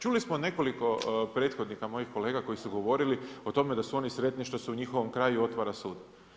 Čuli smo nekoliko prethodnika mojih kolega koji su govorili o tome da su oni sretni što se u njihovom kraju otvara sud.